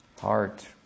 Heart